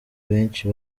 benshi